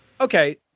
Okay